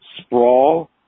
sprawl